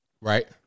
Right